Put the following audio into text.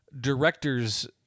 Director's